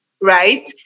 right